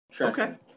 Okay